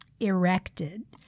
erected